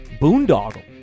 boondoggle